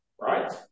right